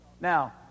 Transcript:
Now